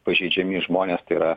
pažeidžiami žmonės tai yra